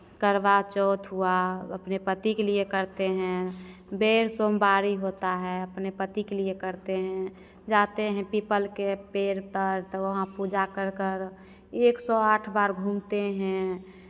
करवा चौथ हुआ अपने पति के लिए करते हैं बेढ़ सोमवारी होता है अपने पति के लिए करते हैं जाते हैं पीपल के पेड़ तर तो वहाँ पूजा कर कर एक सौ आठ बार घूमते हैं